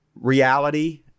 reality